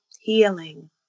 healing